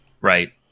Right